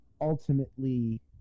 ultimately